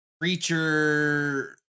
creature